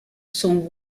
sont